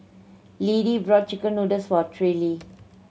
Liddie bought chicken noodles for Terrill